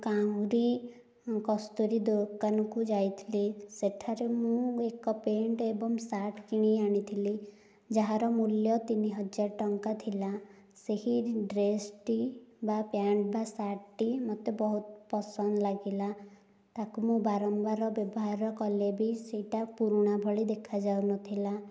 କାଉଁରୀ କସ୍ତୁରୀ ଦୋକାନକୁ ଯାଇଥିଲି ସେଠାରେ ମୁଁ ଏକ ପ୍ୟାଣ୍ଟ୍ ଏବଂ ସାର୍ଟ କିଣି ଆଣିଥିଲି ଯାହାର ମୂଲ୍ୟ ତିନିହଜାର ଟଙ୍କା ଥିଲା ସେହି ଡ୍ରେସ୍ଟି ବା ପ୍ୟାଣ୍ଟ୍ ବା ସାର୍ଟଟି ମୋତେ ବହୁତ ପସନ୍ଦ ଲାଗିଲା ତାକୁ ମୁଁ ବାରମ୍ବାର ବ୍ୟବହାର କଲେ ବି ସେଇଟା ପୁରୁଣା ଭଳି ଦେଖାଯାଉନଥିଲା